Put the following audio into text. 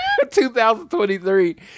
2023